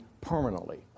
permanently